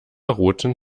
roten